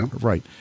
Right